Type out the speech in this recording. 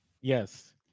Yes